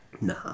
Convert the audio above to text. Nah